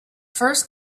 first